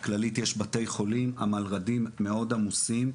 לכללית יש בתי חולים המלרד"ים מאוד עמוסים.